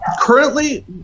Currently